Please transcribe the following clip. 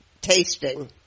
tasting